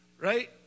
right